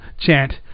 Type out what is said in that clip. chant